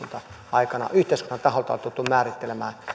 aikana yhteiskunnan taholta tultu määrittelemään